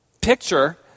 picture